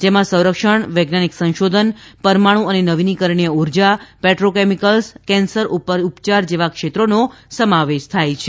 જેમાં સંરક્ષણ વૈજ્ઞાનિક સંશોધન પરમાણુ અને નવીનીકરણીય ઉર્જા પેટ્રોકેમિકલ્સ અને કેન્સર ઉપચાર જેવા ક્ષેત્રોનો સમાવેશ થાય છે